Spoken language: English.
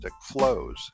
flows